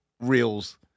reels